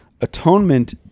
Atonement